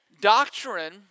Doctrine